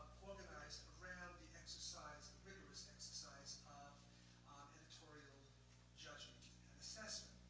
organized around the exercise the rigorous exercise of editorial judgment and assessment.